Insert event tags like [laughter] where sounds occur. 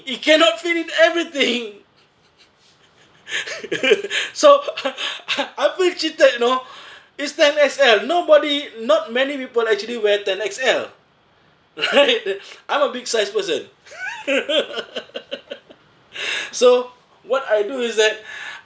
it cannot fit in everything [laughs] so [laughs] I feel cheated you know [breath] it's ten X_L nobody not many people actually wear ten X_L [laughs] right I'm a big size person [laughs] so what I do is that [breath]